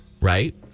Right